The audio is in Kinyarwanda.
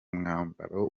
mwambaro